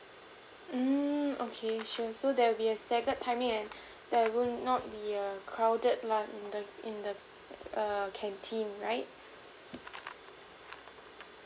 hmm okay sure so there'll be a staggered timing and they will not be err crowded lah in the in the err canteen right